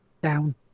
down